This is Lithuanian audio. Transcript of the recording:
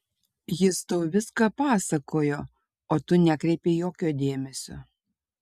jis tau viską pasakojo o tu nekreipei jokio dėmesio